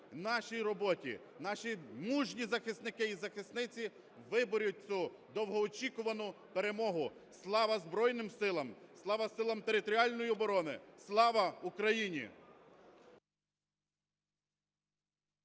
нашій роботі наші мужні захисники і захисниці виборють цю довгоочікувану перемогу. Слава Збройним Силам! Слава Силам територіальної оборони! Слава Україні!